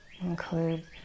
Include